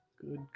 Good